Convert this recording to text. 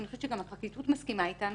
אני חושבת שגם הפרקליטות מסכימה איתנו